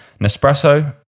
Nespresso